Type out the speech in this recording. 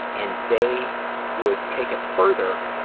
and they would take it further,